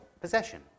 possession